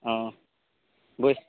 অঁ বৈ